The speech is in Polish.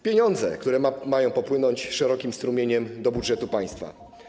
Pieniądze, które mają popłynąć szerokim strumieniem do budżetu państwa.